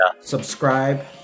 Subscribe